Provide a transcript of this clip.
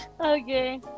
Okay